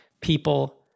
people